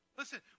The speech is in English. Listen